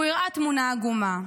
והוא הראה תמונה עגומה: